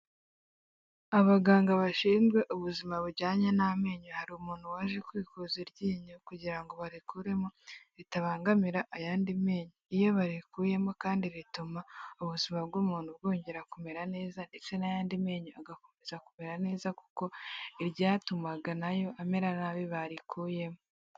Abaganga bashinzwe ubuzima bujyanye n'amenyo. Hari umuntu waje kwikuza iryinyo kugira ngo bakuremo ritabangamira ayandi menyo. Iyo bakuyemo kandi rituma ubuzima bw'umuntu bwongera kumera neza ndetse n'ayandi menyo agakomeza kumera neza kuko iryatumaga nayo amera nabi bakuyemo.